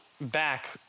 back